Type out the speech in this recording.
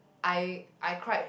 I I cried